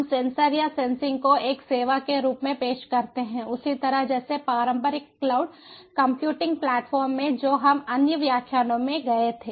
हम सेंसर्स या सेंसिंग को एक सेवा के रूप में पेश करते हैं उसी तरह जैसे पारंपरिक क्लाउड कंप्यूटिंग प्लेटफॉर्म में जो हम अन्य व्याख्यानों में गए थे